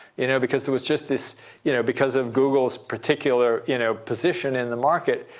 you know because there was just this you know because of google's particular you know position in the market,